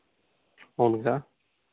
అవును అక్క